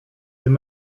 tym